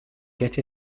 get